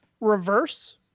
reverse